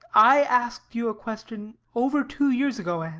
i asked you a question over two years ago, anne.